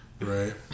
Right